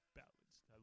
balanced